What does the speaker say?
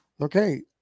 Okay